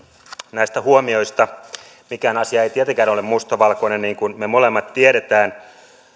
näistä huomioista mikään asia ei tietenkään ole mustavalkoinen niin kuin me molemmat tiedämme